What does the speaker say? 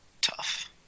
Tough